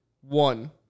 One